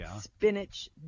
spinach